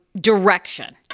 direction